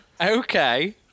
Okay